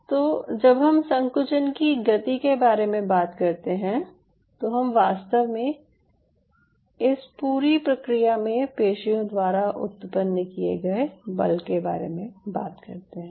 तो जब हम संकुचन की गति के बारे में बात करते हैं तो हम वास्तव में इस पूरी प्रक्रिया में पेशियों द्वारा उत्पन्न किये गए बल के बारे में बात करते हैं